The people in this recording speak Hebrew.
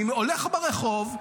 אני הולך ברחוב,